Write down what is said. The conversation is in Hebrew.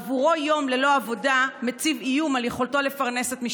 עבורו יום ללא עבודה מציב איום על יכולתו לפרנס את משפחתו.